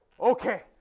Okay